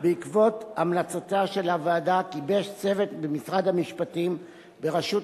בעקבות המלצותיה של הוועדה גיבש צוות במשרד המשפטים בראשות